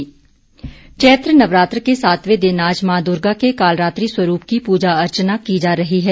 नवरात्र चैत्र नवरात्र के सातवें दिन आज मां दुर्गा के कालरात्रि स्वरूप की पूजा अर्चना की जा रही है